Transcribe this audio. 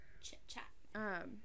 Chit-chat